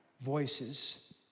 voices